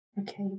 okay